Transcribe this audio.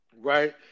Right